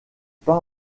pas